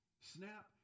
Snap